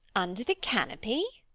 under the canopy?